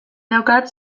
daukat